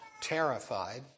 terrified